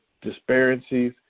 disparities